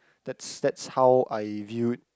that's that's how I view